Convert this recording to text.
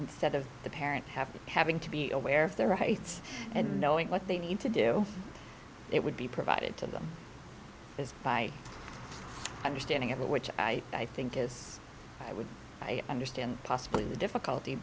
instead of the parent have the having to be aware of their rights and knowing what they need to do it would be provided to them is by understanding it which i i think is i would i understand possibly the difficulty